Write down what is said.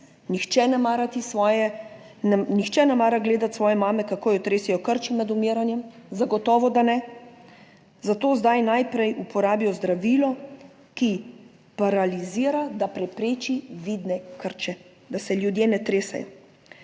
nihče ne mara gledati svoje mame, kako jo tresejo krči med umiranjem, zagotovo, da ne, za to zdaj najprej uporabijo zdravilo, ki paralizira, da prepreči vidne krče, da se ljudje ne tresejo.